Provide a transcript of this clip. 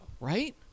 right